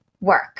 work